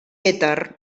èter